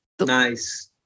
Nice